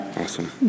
Awesome